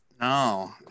No